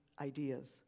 ideas